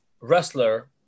wrestler